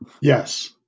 yes